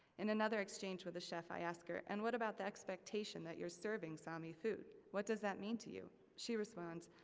in another exchange with a chef i ask her, and what about the expectation that you're serving sami food, what does that mean to you? she responds,